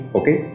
okay